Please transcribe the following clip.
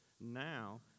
Now